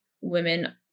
women